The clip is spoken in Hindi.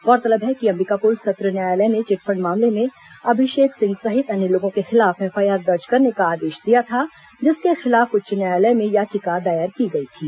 गौरतलब है कि अंबिकापुर सत्र न्यायालय ने चिटफंड मामले में अभिषेक सिंह सहित अन्य लोगों के खिलाफ एफआईआर दर्ज करने का आदेश दिया था जिसके खिलाफ उच्च न्यायालय में याचिका दायर की गई थी